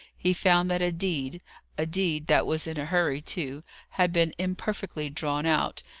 he found that a deed a deed that was in a hurry, too had been imperfectly drawn out,